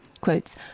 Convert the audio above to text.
Quotes